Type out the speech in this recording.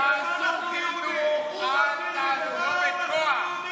תעשו חינוך, אל תאסרו בכוח.